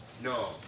No